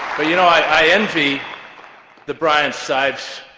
but, you know, i envy the brian sipes.